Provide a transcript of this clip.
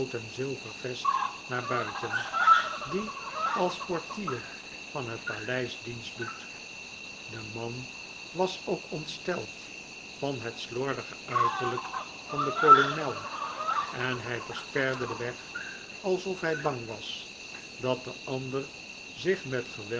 en zilver vest naar buiten die als portier van dat paleis dienst doet de man was ook ontsteld van het slordige uiterlijk van den kolonel en hij versperde den weg alsof hij bang was dat de ander zich met